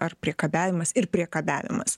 ar priekabiavimas ir priekabiavimas